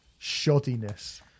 shoddiness